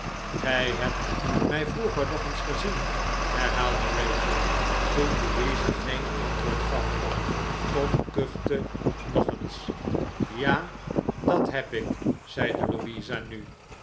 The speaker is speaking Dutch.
gij hebt mij vroeger nog eens gezien herhaalde rachel toen louisa geen antwoord gaf tom kuchte nog eens ja dat heb ik zeide louisa nu